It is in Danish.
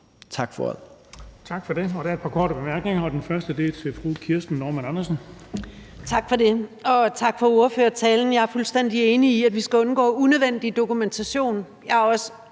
Tak for det.